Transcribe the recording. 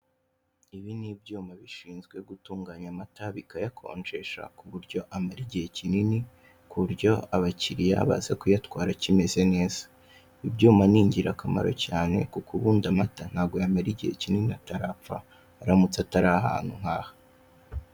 Ibi ni ibyuma bishinzwe gutunganya amata bikayakonjesha kuburyo amara igihe kinini, kuburyo abakiriya baza kuyatwara akimeze neza. Ibyuma ni ingirakamaro cyane kuko ubundi amata ntago yamara igihe kinini atarapfa, aramutse atari ahantu nk'aha.